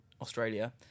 Australia